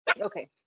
okay